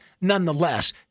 Nonetheless